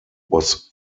was